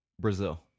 brazil